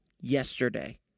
yesterday